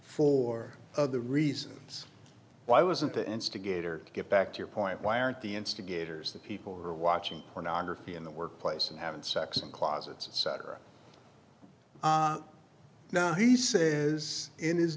for other reasons why wasn't the instigator to get back to your point why aren't the instigators the people who are watching pornography in the workplace and having sex in closets and cetera now he says in his